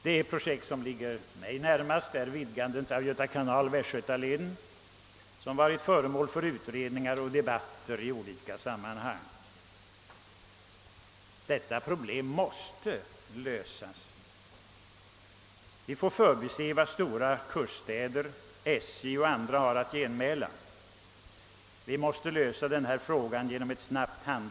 Det projekt som ligger mig närmast är vidgandet av Göta kanals västgötalinje, som har varit föremål för utredningar och debatter i olika sammanhang. Detta problem måste lösas. Vi får bortse från vad stora kuststäder, SJ och andra har att genmäla; vi måste handla snabbt.